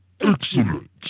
Excellent